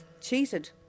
cheated